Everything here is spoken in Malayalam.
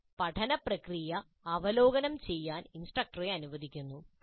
ഇത് പഠനപ്രക്രിയ അവലോകനം ചെയ്യാൻ ഇൻസ്ട്രക്ടറെ അനുവദിക്കുന്നു